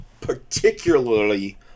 particularly